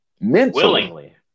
Willingly